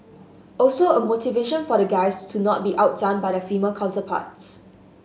also a motivation for the guys to not be outdone by their female counterparts